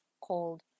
called